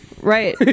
Right